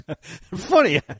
Funny